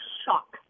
shock